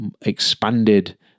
expanded